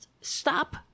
stop